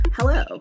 Hello